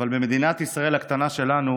אבל במדינת ישראל הקטנה שלנו